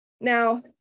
Now